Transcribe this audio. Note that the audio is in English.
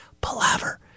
palaver